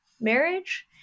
marriage